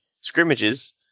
scrimmages